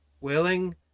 willing